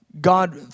God